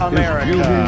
America